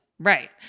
Right